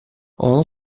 all